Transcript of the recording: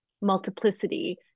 multiplicity